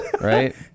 right